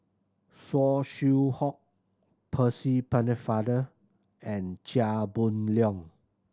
Saw Swee Hock Percy Pennefather and Chia Boon Leong